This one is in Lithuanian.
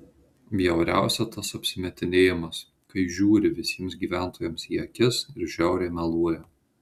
bjauriausia tas apsimetinėjimas kai žiūri visiems gyventojams į akis ir žiauriai meluoja